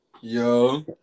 yo